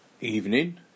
Evening